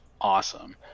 Awesome